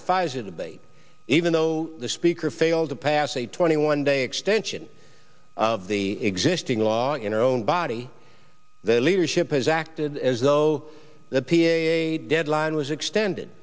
debate even though the speaker failed to pass a twenty one day extension of the existing law in our own body the leadership has acted as though the p a deadline was extended